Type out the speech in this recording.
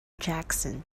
jackson